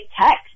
text